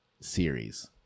series